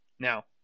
Now